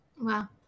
Wow